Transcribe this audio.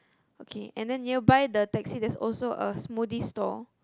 okay and then nearby the taxi there's also a smoothie store